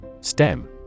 STEM